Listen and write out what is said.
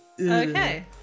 Okay